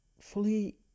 fully